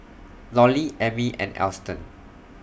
Lollie Emmy and Alston